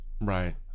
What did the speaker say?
Right